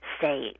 say